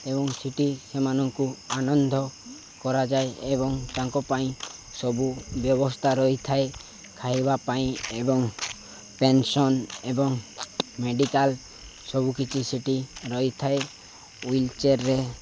ଏବଂ ସେଠି ସେମାନଙ୍କୁ ଆନନ୍ଦ କରାଯାଏ ଏବଂ ତାଙ୍କ ପାଇଁ ସବୁ ବ୍ୟବସ୍ଥା ରହିଥାଏ ଖାଇବା ପାଇଁ ଏବଂ ପେନ୍ସନ୍ ଏବଂ ମେଡ଼ିକାଲ ସବୁକିଛି ସେଠି ରହିଥାଏ ହ୍ୱିଲ୍ ଚେୟରରେ